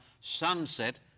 sunset